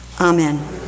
Amen